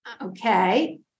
Okay